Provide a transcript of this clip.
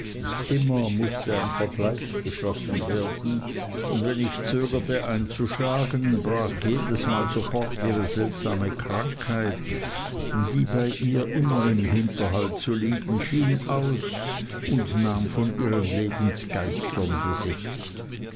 immer mußte ein vergleich geschlossen werden und wenn ich zögerte einzuschlagen brach jedesmal sofort ihre seltsame krankheit die bei ihr immer im hinterhalt zu liegen schien aus und nahm von ihren lebensgeistern besitz